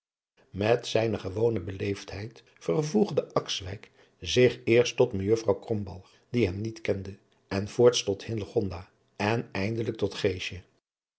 met zijne gewone beleefdheid vervoegde akswijk zich eerst tot mejuffrouw krombalg die hem niet kende en voorts tot hillegonda en eindelijk tot